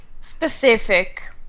Specific